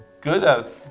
good